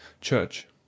CHURCH